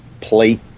plate